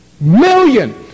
million